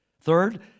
Third